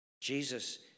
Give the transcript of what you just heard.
Jesus